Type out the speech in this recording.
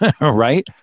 right